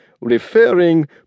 referring